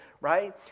right